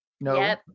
No